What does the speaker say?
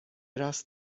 راست